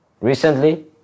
Recently